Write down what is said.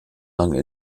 lang